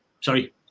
Sorry